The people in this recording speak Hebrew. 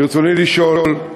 ברצוני לשאול: